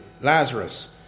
Lazarus